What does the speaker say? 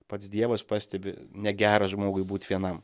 pats dievas pastebi negera žmogui būt vienam